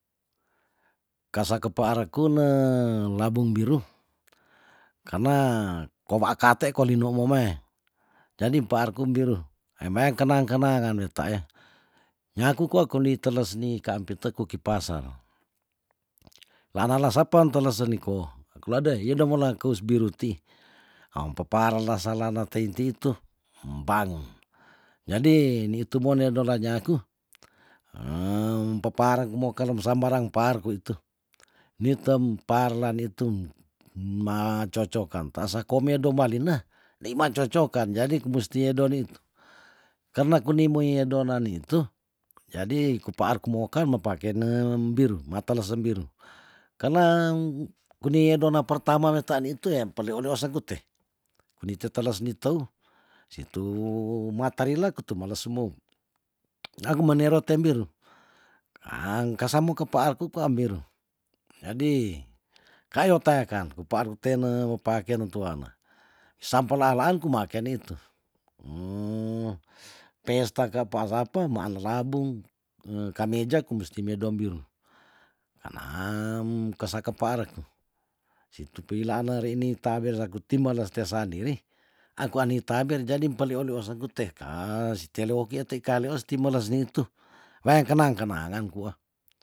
Kasa kepaarku ne labung biru karna kowaakate kolino mome jadi paar ku mbiru emeyang kenang kenangan wetae nyaku kwa kulii telesni kaampit te ku kipasar laanala sapen teles se niko kelede hiyo do mo lakus biru ti ang pepara la salana tei ti tu empango jadi nitu mone dola nyaku peparek mokenem sambarang paarku itu nitem paarla nitum ma cocokan tasa komedo malina ndeiman cocokan jadi kumusti edo nitu karna kunimu yedona nitu jadi kupaar ku moken me pake ne mbiru matelesen mbiru karna kuni yedona pertama weta nitue peleoleosen ute uni teteles ni tou situ mata rile kutemeles si mou nyaku manero te mbiru ang kasamo kepaarku kwa mbiru jadi kayo teakanku paar tene mo pakeanu tuama sampelalan kumake nitu pesta ka apa asape maan labung kameja komusti medom mbiru kesa kepaar situ peilane rei ni taber saku ti meles te sandiri akuani taa biar jadi pelioliosen ute kaas tele oki te kaleos ti meles nitu weang kenang kenangan kwa